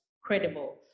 credible